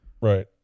Right